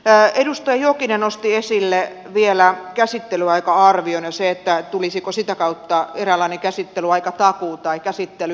edustaja jokinen nosti esille vielä käsittelyaika arvion ja sen tulisiko sitä kautta eräänlainen käsittelyaikatakuu tai käsittelytakuu